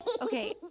Okay